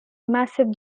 massive